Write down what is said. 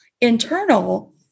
internal